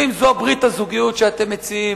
ואם זו ברית הזוגיות שאתם מציעים,